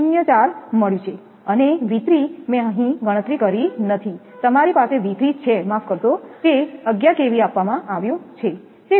04 મળ્યું છે અને V3 મેં અહીં ગણતરી કરી નથી તમારી પાસે V3 છે માફ કરશો તે 11 kV આપવામાં આવ્યું છે